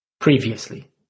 Previously